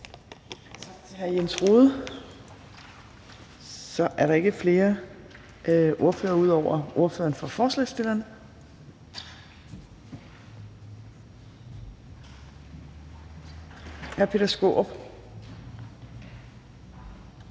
Tak til hr. Jens Rohde. Så er der ikke flere ordførere ud over ordføreren for forslagsstillerne. Værsgo, hr. Peter Skaarup.